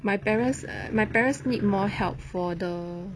my parents err my parents need more help for the